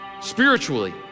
spiritually